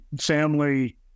family